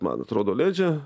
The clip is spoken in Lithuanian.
man atrodo leidžia